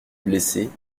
blessés